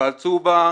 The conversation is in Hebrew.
מפעל "צובא",